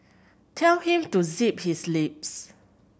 tell him to zip his lips